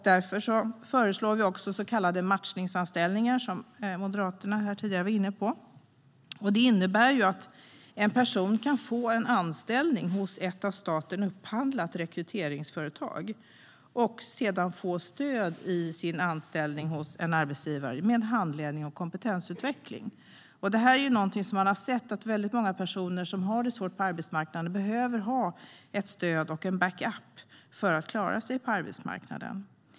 Därför föreslår vi så kallade matchningsanställningar, som Moderaterna tidigare var inne på. Det innebär att en person kan få en anställning hos ett av staten upphandlat rekryteringsföretag och sedan få stöd i sin anställning hos en arbetsgivare med handledning och kompetensutveckling. Detta är någonting som man har sett: Många personer som har det svårt på arbetsmarknaden behöver ha ett stöd och en backup för att klara sig där.